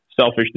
selfish